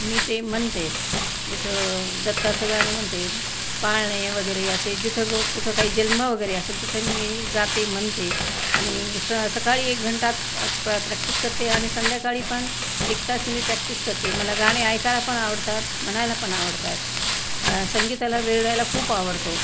मी ते म्हणते मीठ दत्ताचं गाणं म्हणते पाळणे वगैरे असे जिथं ग कुठं काही जन्म वगैरे असेल तिथं मी जाते म्हणते आणि स सकाळी एक घंटात प्र प्रॅक्टिस करते आणि संध्याकाळी पण एक तास मी प्रॅक्टिस करते मला गाणे ऐकायला पण आवडतात म्हणायला पण आवडतात संगीताला वेळ द्यायला खूप आवडतो